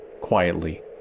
quietly